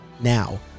Now